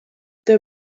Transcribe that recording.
der